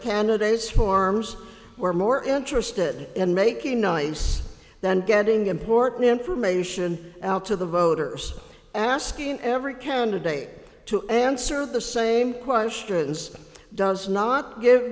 candidates forms were more interested in making nice than getting important information out to the voters asking every candidate to answer the same questions does not give